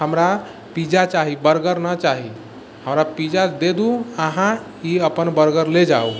हमरा पिज्जा चाही बर्गर नहि चाही हमरा पिज्जा दे दू अहाँ ई अपन बर्गर ले जाउ